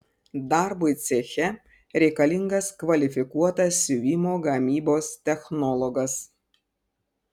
darbui ceche reikalingas kvalifikuotas siuvimo gamybos technologas